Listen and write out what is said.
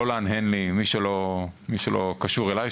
לא להנהן לי מי שלא קשור אליי,